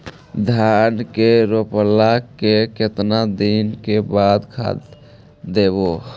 धान के रोपला के केतना दिन के बाद खाद देबै?